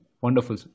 Wonderful